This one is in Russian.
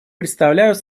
представляют